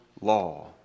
law